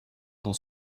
dans